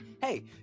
hey